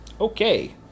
Okay